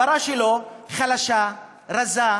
הפרה שלו חלשה, רזה,